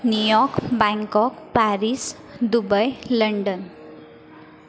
New York Bangkok Paris Dubai London